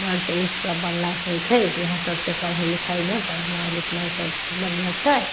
nurse उर्स सब बनलासँ होइ छै से इएह सबसँ पढ़ाइ लिखाइमे पढ़नाइ लिखनाइ सब बढ़िआँ छै